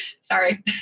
Sorry